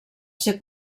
ser